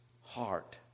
heart